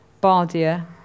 Bardia